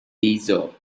deezer